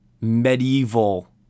medieval